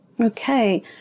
Okay